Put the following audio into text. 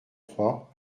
crois